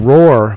Roar